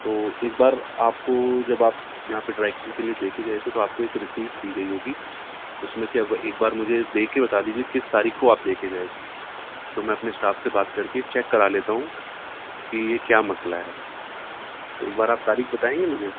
تو ایک بار آپ کو جب آپ یہاں پہ ڈرائی کلین کے لیے دے کے گئے تھے تو آپ کو ایک رسیٹ دی گئی ہوگی اس میں سے اب ایک بار مجھے دیکھ کے بتا دیجیے کس تاریخ کو آپ دے کے گئے تھے تو میں اپنے اسٹاف سے بات کر کے چیک کرا لیتا ہوں کہ یہ کیا مسئلہ ہے تو ایک بار آپ تاریخ بتائیں گے مجھے